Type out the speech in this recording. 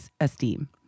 esteem